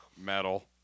Metal